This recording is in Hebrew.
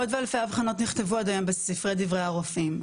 מאוד ואלפי אבחנות נכתבו עד היום בספרי דברי הרופאים,